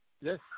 Yes